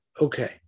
okay